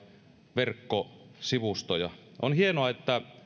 verkkosivustoja on hienoa että